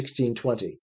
1620